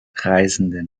reisenden